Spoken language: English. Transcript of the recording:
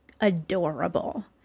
adorable